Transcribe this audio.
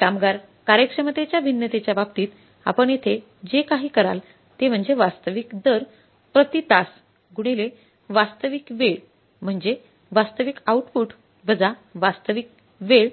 कामगार कार्यक्षमतेच्या भिन्नतेच्या बाबतीत आपण येथे जे काही कराल ते म्हणजे वास्तविक दर प्रति तास गुणिले वास्तविक वेळ म्हणजे वास्तविक आउटपुट वजा वास्तविक वेळ